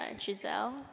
Giselle